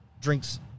drinks